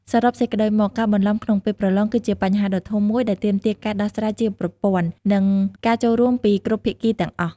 សរុបសេចក្តីមក ការបន្លំក្នុងពេលប្រឡងគឺជាបញ្ហាដ៏ធំមួយដែលទាមទារការដោះស្រាយជាប្រព័ន្ធ និងការចូលរួមពីគ្រប់ភាគីទាំងអស់។